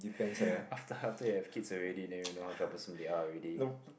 after after you have kids already then you know how troublesome they are already